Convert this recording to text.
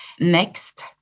Next